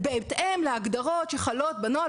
בהתאם להגדרות שחלות בנוהל,